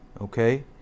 Okay